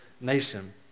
nation